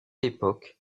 époque